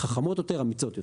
חכמות יותר, אמיצות יותר.